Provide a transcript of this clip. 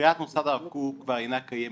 ספריית מוסד הרב קוק כבר אינה קיימת,